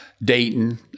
Dayton